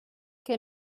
que